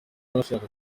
n’ushaka